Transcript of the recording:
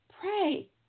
pray